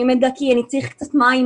אני צריך קצת מים,